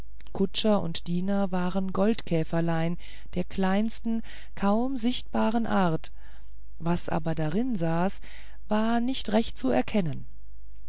kutscher und diener waren goldkäferlein der kleinsten kaum sichtbaren art was aber drin saß war nicht recht zu erkennen